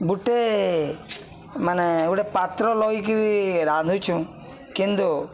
ଗୁଟେ ମାନେ ଗୋଟେ ପାତ୍ର ଲଗକିରି ରାନ୍ଧୁଛୁଁ କିନ୍ତୁ